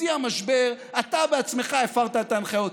בשיא המשבר אתה בעצמך הפרת את ההנחיות,